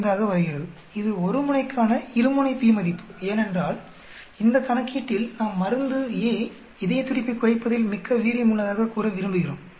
0195 ஆக வருகிறது இது ஒரு முனைக்கான இரு முனை p மதிப்பு ஏனென்றால் இந்த கணக்கீட்டில் நாம் மருந்து A இதயத்துடிப்பைக் குறைப்பதில் மிக்க வீரியமுள்ளதாக கூற விரும்புகிறோம்